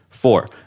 Four